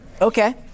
okay